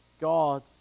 god